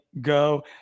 go